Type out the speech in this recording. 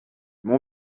mon